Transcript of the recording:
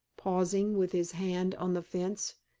pausing with his hand on the fence,